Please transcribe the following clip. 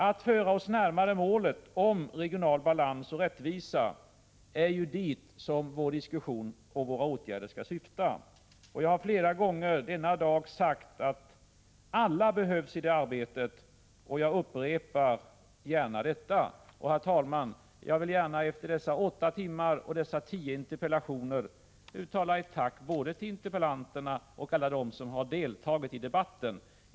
Att föra oss närmare målet regional balans och rättvisa — det är dit vår diskussion och våra åtgärder skall syfta. Jag har flera gånger i dag sagt att alla behövs i det arbetet — jag upprepar gärna detta. Herr talman! Jag vill efter dessa åtta timmar och dessa tio interpellationer uttala ett tack både till interpellanterna och till alla andra som har deltagit i debatten.